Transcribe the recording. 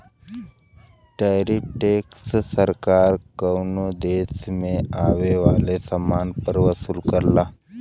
tariff tax सरकार कउनो देश में आये वाले समान पर वसूल करला